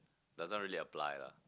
doesn't really apply lah